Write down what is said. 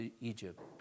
Egypt